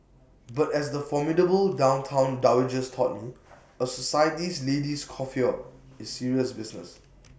but as the formidable downtown dowagers taught me A society lady's coiffure is serious business